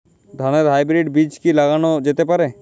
ধানের হাইব্রীড বীজ কি লাগানো যেতে পারে?